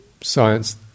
science